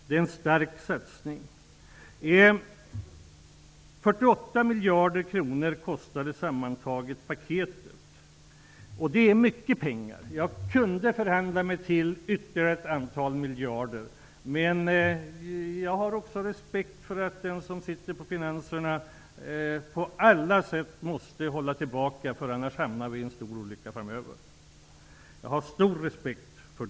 Sammantaget kostade paketet 48 miljarder kronor, vilket är mycket pengar. Eventuellt skulle jag kunnat förhandla mig till ytterligare ett antal miljarder, men jag har stor respekt för att den som har hand om finanserna på alla sätt måste hålla tillbaka. Annars hamnar vi i en stor olycka framöver.